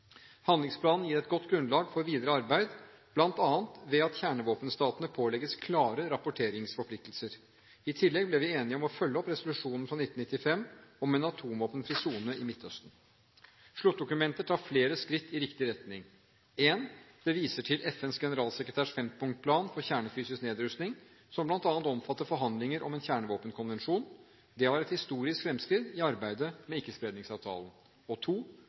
Handlingsplanen gir et godt grunnlag for videre arbeid, bl.a. ved at kjernevåpenstatene pålegges klare rapporteringsforpliktelser. I tillegg ble vi enige om å følge opp resolusjonen fra 1995 om en atomvåpenfri sone i Midtøsten. Sluttdokumentet tar flere skritt i riktig retning. For det første: Det viser til FNs generalsekretærs fempunktsplan for kjernefysisk nedrustning, som bl.a. omfatter forhandlinger om en kjernevåpenkonvensjon. Det var et historisk fremskritt i arbeidet med